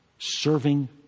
Serving